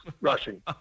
rushing